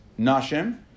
Nashim